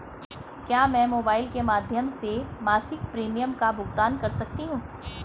क्या मैं मोबाइल के माध्यम से मासिक प्रिमियम का भुगतान कर सकती हूँ?